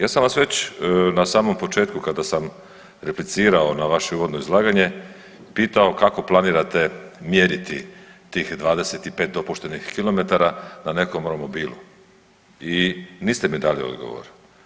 Ja sam vas već na samom početku kada sam replicirao na vaše uvodno izlaganje pitao kako planirate mjeriti tih 25 dopuštenih kilometara na nekom romobilu i niste mi dali odgovor.